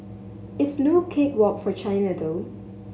it's no cake walk for China though